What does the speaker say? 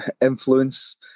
influence